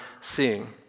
seeing